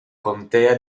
contea